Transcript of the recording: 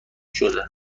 شده